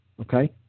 Okay